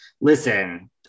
Listen